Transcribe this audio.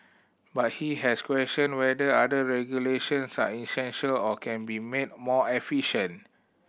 but he has questioned whether other regulations are essential or can be made more efficient